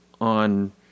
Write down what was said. on